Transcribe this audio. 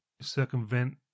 circumvent